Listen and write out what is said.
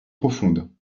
profonde